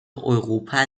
europa